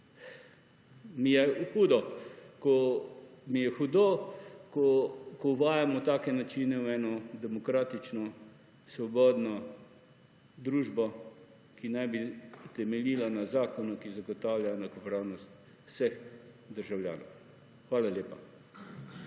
mi je hudo, ko uvajamo take načine v eno demokratično, svobodno družbo, ki naj bi temeljila na zakonu, ki zagotavlja enakopravnost vseh državljanov. Hvala lepa.